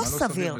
לא סביר.